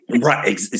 Right